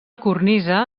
cornisa